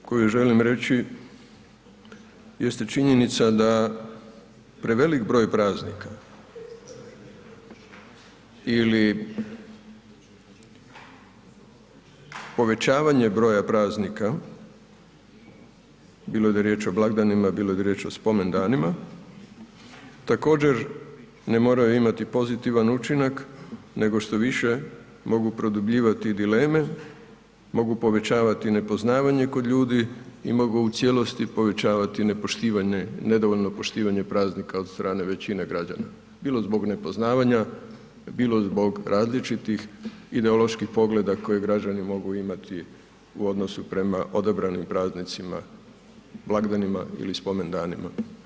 Druga stvar koju želim reći jeste činjenica da prevelik broj praznika ili povećavanje broja praznika, bilo da je riječ o blagdanima, bilo da je riječ o spomendanima također ne moraju imati pozitivan učinak nego štoviše mogu produbljivati dileme, mogu povećavati nepoznavanje kod ljudi i mogu u cijelosti povećavati nedovoljno poštivanje praznika od strane većine građana, bilo zbog nepoznavanja, bilo zbog različitih ideoloških pogleda koje građani mogu imati u odnosu prema odabranim praznicima, blagdanima ili spomendanima.